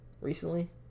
recently